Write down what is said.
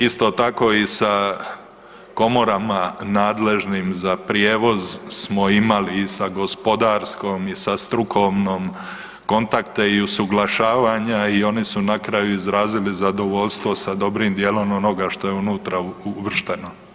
Isto tako i sa komorama nadležnim za prijevoz smo imali i sa gospodarskom i sa strukovnom kontakte i usuglašavanja i oni su na kraju izrazili zadovoljstvo sa dobrim dijelom onoga što je unutra uvršteno.